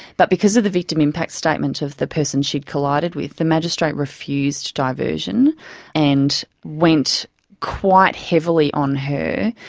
but because of the victim impact statement of the person she had collided with, the magistrate refused diversion and went quite heavily on her.